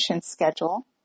schedule